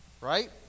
Right